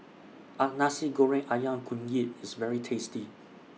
An Nasi Goreng Ayam Kunyit IS very tasty